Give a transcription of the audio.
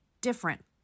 different